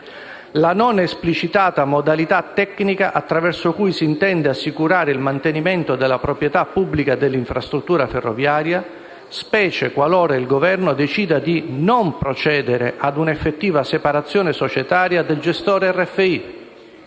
la non esplicitata modalità tecnica attraverso cui si intende assicurare il mantenimento della proprietà pubblica dell'infrastruttura ferroviaria, specie qualora il Governo decida di non procedere ad un'effettiva separazione societaria del gestore RFI